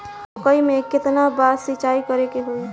मकई में केतना बार सिंचाई करे के होई?